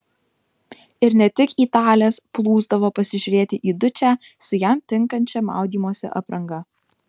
ir ne tik italės plūsdavo pasižiūrėti į dučę su jam tinkančia maudymosi apranga